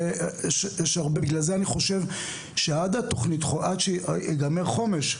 בגלל זה אני חושב שעד שייגמר חומש,